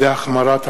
והחמרת הענישה),